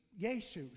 Jesus